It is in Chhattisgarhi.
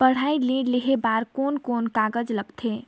पढ़ाई ऋण लेहे बार कोन कोन कागज लगथे?